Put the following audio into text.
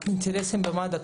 שום אינטרסים במד"א,